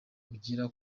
ugira